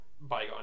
bygone